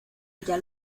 ella